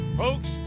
Folks